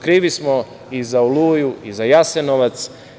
Krvi smo i za „Oluju“ i za „Jasenovac“